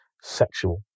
sexual